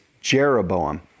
Jeroboam